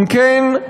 אם כן,